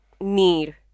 need